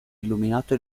illuminato